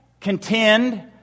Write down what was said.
Contend